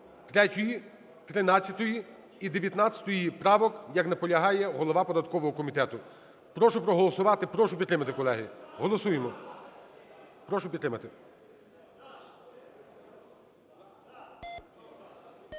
3, 13 і 19 правок, як наполягає голова податкового комітету. Прошу проголосувати, прошу підтримати, колеги. Голосуємо. Прошу підтримати.